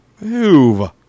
Move